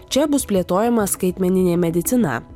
čia bus plėtojama skaitmeninė medicina